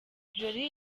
jolly